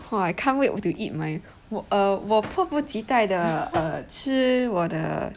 !wah! I can't wait to eat my 我我迫不及待地吃我的 the